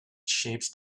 shapes